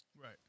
Right